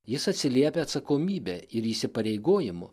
jis atsiliepia atsakomybe ir įsipareigojimu